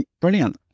brilliant